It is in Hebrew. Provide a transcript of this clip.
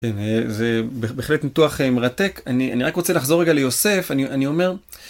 זה בהחלט ניתוח מרתק, אני רק רוצה לחזור רגע ליוסף, אני אומר...